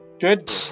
Good